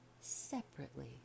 separately